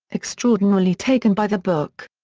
extraordinarily taken by the book.